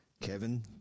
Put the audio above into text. Kevin